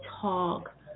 talk